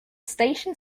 station